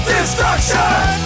Destruction